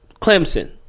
Clemson